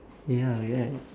ya right